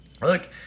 look